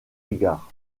égard